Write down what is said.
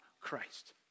Christ